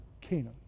Canaan